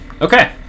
Okay